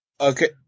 Okay